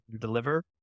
deliver